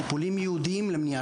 טיפולים ייעודיים למניעה.